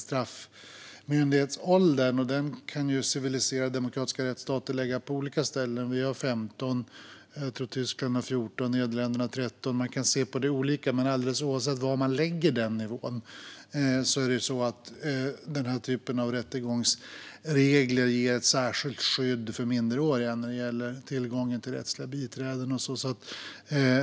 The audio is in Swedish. Straffmyndighetsåldern kan skilja sig åt mellan olika civiliserade demokratiska rättsstater. Vi har 15 år. Jag tror att Tyskland har 14. Nederländerna har 13. Man kan se olika på det, men alldeles oavsett var man lägger nivån ger denna typ av rättegångsregler ett särskilt skydd för minderåriga när det gäller tillgång till rättsliga biträden.